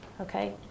Okay